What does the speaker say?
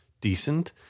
decent